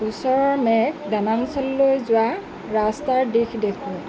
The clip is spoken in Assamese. ওচৰৰ মে'ক ড'নাল্টছ্লৈ যোৱা ৰাস্তাৰ দিশ দেখুওঁৱা